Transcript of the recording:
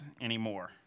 anymore